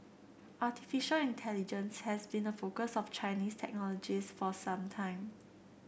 artificial intelligence has been a focus of Chinese technologists for some time